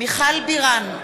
מיכל בירן,